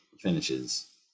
finishes